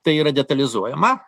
tai yra detalizuojama